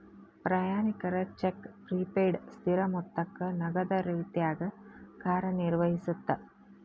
ಪ್ರಯಾಣಿಕರ cheque prepaid ಸ್ಥಿರ ಮೊತ್ತಕ್ಕ ನಗದ ರೇತ್ಯಾಗ ಕಾರ್ಯನಿರ್ವಹಿಸತ್ತ